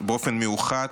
באופן מיוחד,